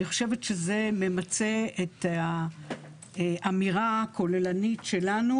אני חושבת שזה ממצה את האמירה הכוללנית שלנו